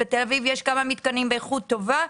בתל אביב יש כמה מתקנים באיכות טובה,